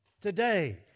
Today